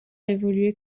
évolué